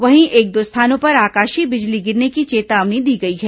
वहीं एक दो स्थानों पर आकाशीय बिजली गिरने की चेतावनी दी गई है